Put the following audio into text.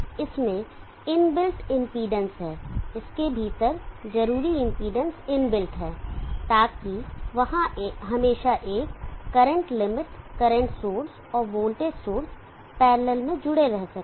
इसमें inbuilt impedance है इसके भीतर जरूरी इंपेडेंस इनबिल्ट है ताकि वहां हमेशा एक करंट लिमिट करंट सोर्स और वोल्टेज सोर्स पैरलल में जुड़े रह सकें